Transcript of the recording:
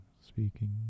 speaking